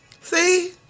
See